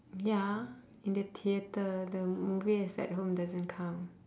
ya in the theatre the movie is at home doesn't count